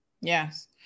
Yes